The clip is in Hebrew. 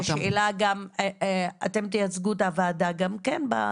השאלה, אתם תייצגו את הוועדה גם כן?